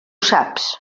saps